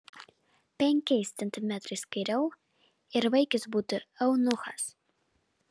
penkiais centimetrais kairiau ir vaikis būtų eunuchas